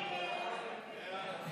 הצעת סיעת ישראל